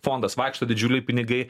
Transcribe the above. fondas vaikšto didžiuliai pinigai